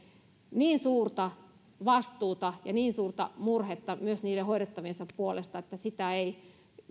niin suurta vastuuta ja niin suurta murhetta myös niiden hoidettaviensa puolesta että sitä ei